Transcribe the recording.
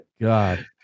god